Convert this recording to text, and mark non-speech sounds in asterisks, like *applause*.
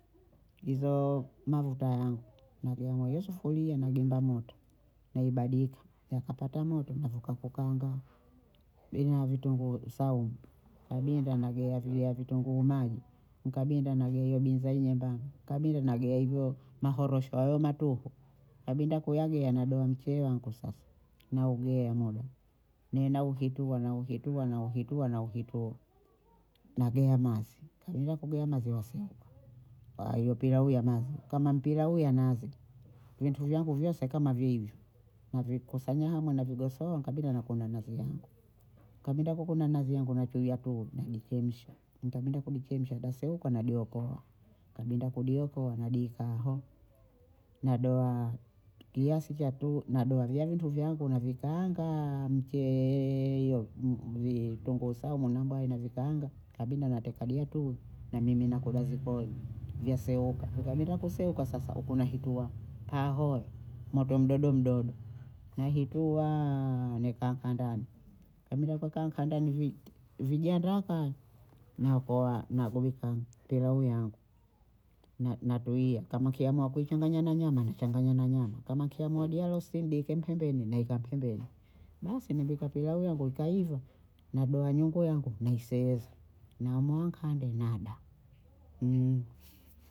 *hesitation* hizoo mavuta yangu nagea mwe ye sufuria nagimba moto, naibadika, yakapata moto navuka kukaanga bima vitunguu saumu, kabinda nagea viya vitunguu maji, nikabinda nagea hiyo binzari nyembamba, nikabinda nagea hivyo mahorosho hayo matuhu, nikabinda kuyagea nadoha mcheye wangu sasa naugea muda ninauhitua nauhitua nauhitua nauhitua, nagea mazi, nikabinda kugea mazi waseuka, haya hiyo pilau ya mazi kama mpilau ya nazi vitu vyose kama viyivyo navikusanya hamwe navigosowa, nikabinda nakuna nazi yangu, nikabinda kukuna nazi yangu nachuja tui nadichemsha, ntabinda kudichemsha daseuka nadiopoa, nkabinda kudiopoa nadika aho, nadoha kiasi cha tuhu nadoha viya vitu vyangu navikaanga *hesitation* mcheyeee hiyo *hesitation* m- m- mvitunguu saumu na mbwayi navikaanga, nikabinda nateka dia tuhu namimina kuda zikoi vyaseuka, vikabinda kuseuka sasa huku nahetua pahoo moto mdodomdodo *hesitation* nahituaaa neka nkandani, nkabinda kuweka nkandani *hesitation* vi- vijanda kaye naokoa nagubika pilau yangu *hesitation* na- natuyia kama nkiamua kuichanganya na nyama nachanganya na nyama kama nkiamua dialose dieke mpembeni naeka pembeni, basi nempika pilau yangu ikaiva, nadoha nyungu yangu naiseweza nahamua nkande nada *hesitation*